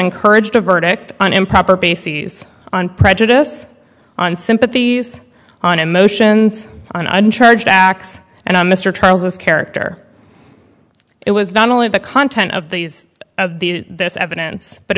encouraged a verdict on improper bases on prejudice on sympathies on emotions on uncharged acts and on mr charles as character it was not only the content of these this evidence but